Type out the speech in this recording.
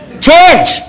change